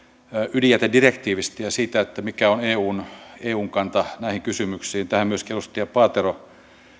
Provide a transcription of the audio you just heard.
ydinjätedirektiivistä ja siitä mikä on eun eun kanta näihin kysymyksiin tähän myöskin edustaja paatero